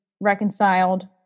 reconciled